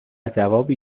جوابی